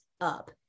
up